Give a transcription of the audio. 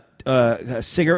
Cigarette